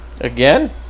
Again